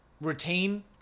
retain